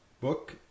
book